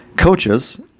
coaches